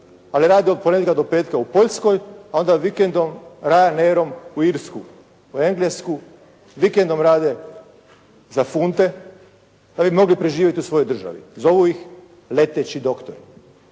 ali rade od ponedjeljka do petka u Poljskoj, a onda vikendom Ryanairom u Irsku, u Englesku, vikendom rade za funte da bi mogli preživjeti u svojoj državi. Zovu ih leteći doktori.